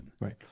Right